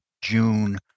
June